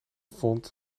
vond